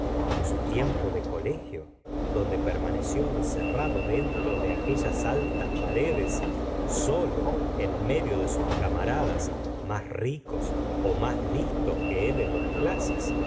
su tiempo de colegio donde permaneció encerrado dentro de aquellas altas paredes solo en medio de sus camaradas mas ricos ó mas listos que él en las clases